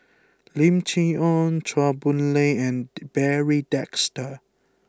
Lim Chee Onn Chua Boon Lay and Barry Desker